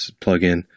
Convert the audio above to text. plugin